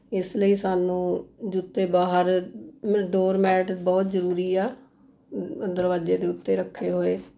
ਇਸ ਲਈ ਸਾਨੂੰ ਜੁੱਤੇ ਬਾਹਰ ਡੋਰਮੈਟ ਬਹੁਤ ਜਰੂਰੀ ਹੈ ਦਰਵਾਜ਼ੇ ਦੇ ਉੱਤੇ ਰੱਖੇ ਹੋਏ